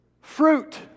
Fruit